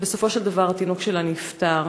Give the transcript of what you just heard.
ובסופו של דבר התינוק שלה נפטר.